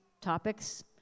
topics